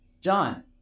John